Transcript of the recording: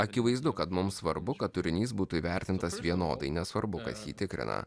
akivaizdu kad mums svarbu kad turinys būtų įvertintas vienodai nesvarbu kas jį tikrina